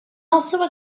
also